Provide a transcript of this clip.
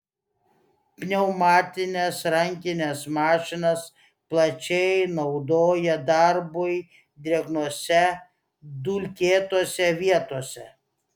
pneumatines rankines mašinas plačiai naudoja darbui drėgnose dulkėtose vietose